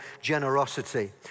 generosity